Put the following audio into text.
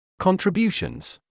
Contributions